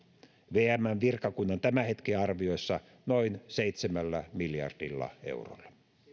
vmn virkakunnan tämän hetken arvioissa noin seitsemällä miljardilla eurolla